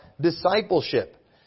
discipleship